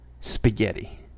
spaghetti